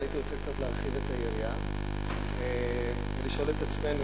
אבל הייתי רוצה קצת להרחיב את היריעה ולשאול את עצמנו,